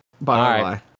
bye